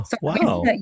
wow